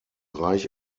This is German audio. reich